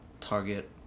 target